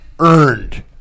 Earned